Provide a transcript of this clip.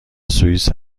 سوئیس